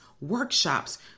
workshops